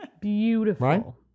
Beautiful